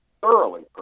thoroughly